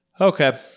Okay